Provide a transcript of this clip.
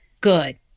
good